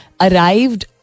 arrived